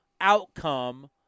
outcome